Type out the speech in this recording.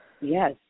Yes